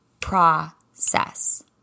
process